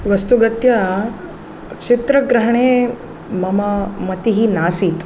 वस्तुगत्या चित्रग्रहणे मम मतिः नासीत्